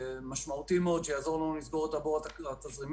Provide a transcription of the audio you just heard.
משמעותי מאוד שיעזור לנו לסגור את הבור התזרימי